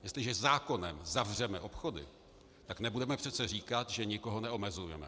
Jestliže zákonem zavřeme obchody, tak nebudeme přece říkat, že nikoho neomezujeme.